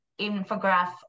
infograph